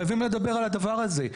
חייבים לדבר על הדבר הזה.